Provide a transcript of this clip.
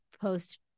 post